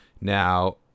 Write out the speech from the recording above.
Now